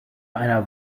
einer